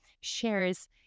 Shares